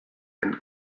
and